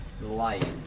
light